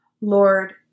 Lord